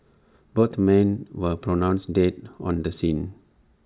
both men were pronounced dead on the scene